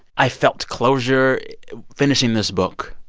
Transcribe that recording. i felt closure finishing this book.